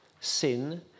Sin